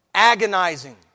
Agonizing